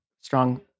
strong